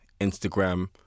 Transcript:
Instagram